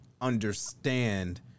understand